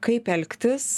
kaip elgtis